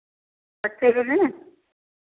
अच्छे देने हैं